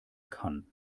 kann